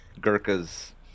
Gurkha's